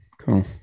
Cool